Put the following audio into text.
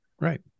Right